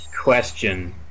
question